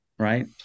right